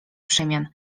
przemian